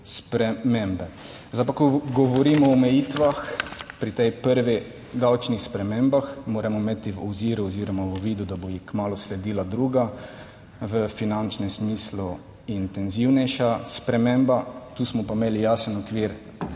spremembe. Zdaj pa, ko govorimo o omejitvah pri tej prvi davčnih spremembah moramo imeti v obziru oziroma v uvidu, da bo kmalu sledila druga v finančnem smislu intenzivnejša sprememba, tu smo pa imeli jasen okvir